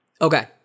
Okay